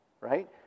right